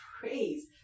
praise